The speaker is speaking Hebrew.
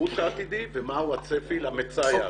לביקוש העתידי ומהו הצפי למצאי העתידי.